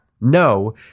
No